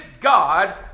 God